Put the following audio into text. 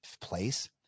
place